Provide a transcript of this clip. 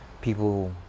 People